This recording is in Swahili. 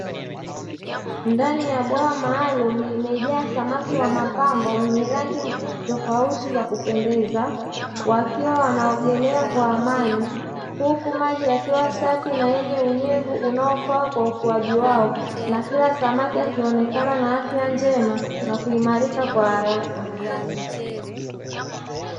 Ndani ya bwawa maalumu limejaa samaki wa mapambo wenye rangi tofauti nzuri za kupendeza, wakiwa wakiogelea kwa amani huku maji yakiwa safi na yenye unyevu, unaofaa kwa ukuaji wao na kila samaki akionekana akiwa na afya njema na kuimarika kwa haraka.